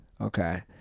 Okay